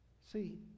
see